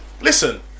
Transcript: Listen